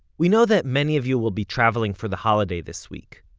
we know that many of you will be traveling for the holiday this week,